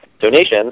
donations